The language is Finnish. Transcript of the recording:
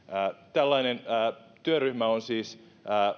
tällainen työryhmä siis